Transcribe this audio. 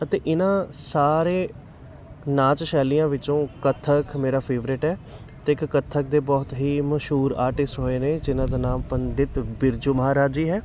ਅਤੇ ਇਹਨਾਂ ਸਾਰੇ ਨਾਚ ਸ਼ੈਲੀਆਂ ਵਿੱਚੋਂ ਕਥਕ ਮੇਰਾ ਫੇਵਰੇਟ ਹੈ ਅਤੇ ਇੱਕ ਕਥਕ ਦੇ ਬਹੁਤ ਹੀ ਮਸ਼ਹੂਰ ਆਰਟਿਸਟ ਹੋਏ ਨੇ ਜਿਨ੍ਹਾਂ ਦਾ ਨਾਮ ਪੰਡਿਤ ਬਿਰਜੂ ਮਹਾਰਾਜ ਜੀ ਹੈ